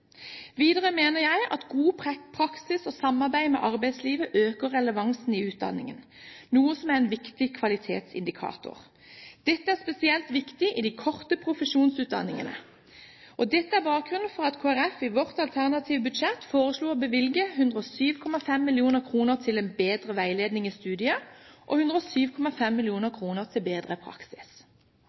Videre mener jeg at god praksis og samarbeid med arbeidslivet øker relevansen i utdanningen, noe som er en viktig kvalitetsindikator. Dette er spesielt viktig i de korte profesjonsutdanningene. Det er bakgrunnen for at Kristelig Folkeparti i sitt alternative budsjett foreslo å bevilge 107,5 mill. kr til en bedre veiledning i studiet og 107,5 mill. kr til bedre praksis.